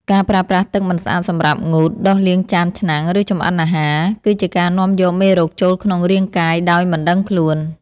ការប្រើប្រាស់ទឹកមិនស្អាតសម្រាប់ងូត ដុសលាងចានឆ្នាំង ឬចម្អិនអាហារ គឺជាការនាំយកមេរោគចូលក្នុងរាងកាយដោយមិនដឹងខ្លួន។